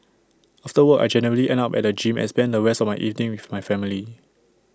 after work I generally end up at the gym and spend the rest of my evening with my family